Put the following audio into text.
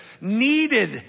needed